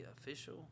official